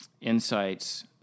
insights